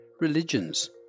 religions